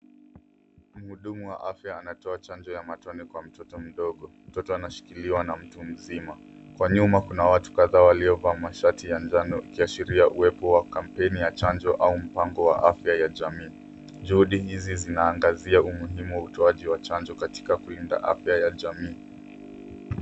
Mhudumu wa afya anatoa chanjo ya matone kwa mtoto mdogo. Mtoto anashikiliwa na mtu mzima. Kwa nyuma kuna watu kadhaa waliovaa mashati ya njano ikiashiria uwepo wa kampeni ya chanjo au mpango wa afya ya jamii. Juhudi hizi zinaangazia umuhimu wa utoaji wa chanjo katika kulinda afya ya jamii.